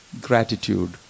Gratitude